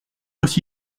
aussi